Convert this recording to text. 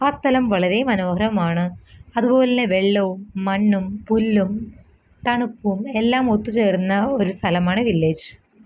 അ സ്ഥലം വളരെ മനോഹരവുമാണ് അത് പോലെന്നെ വെള്ളവും മണ്ണും പുല്ലും തണുപ്പും എല്ലാം ഒത്തു ചേർന്ന ഒരു സ്ഥലമാണ് വില്ലേജ്